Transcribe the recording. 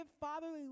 fatherly